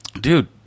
Dude